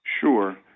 Sure